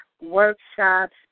workshops